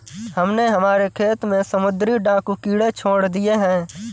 हमने हमारे खेत में समुद्री डाकू कीड़े छोड़ दिए हैं